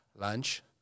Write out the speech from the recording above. lunch